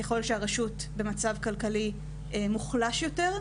ככל שהרשות מצב כלכלי מוחלש יותר,